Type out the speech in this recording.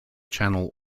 channel